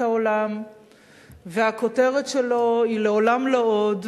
העולם והכותרת שלו היא "לעולם לא עוד",